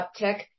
uptick